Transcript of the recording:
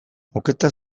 moketa